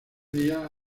días